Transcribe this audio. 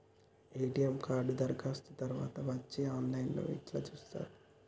ATM card దరఖాస్తు తరువాత వచ్చేది ఆన్ లైన్ లో ఎట్ల చూత్తరు?